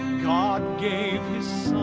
god gave